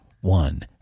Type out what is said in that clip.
one